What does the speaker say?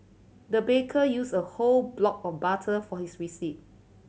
the baker use a whole block of butter for this recipe